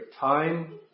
time